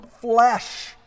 flesh